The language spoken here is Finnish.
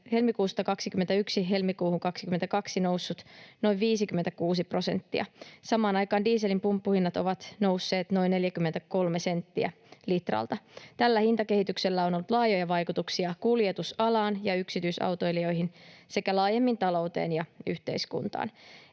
helmikuusta 21 helmikuuhun 22 noussut noin 56 prosenttia. Samaan aikaan dieselin pumppuhinnat ovat nousseet noin 43 senttiä litralta. Tällä hintakehityksellä on ollut laajoja vaikutuksia kuljetusalaan ja yksityisautoilijoihin sekä laajemmin talouteen ja yhteiskuntaan.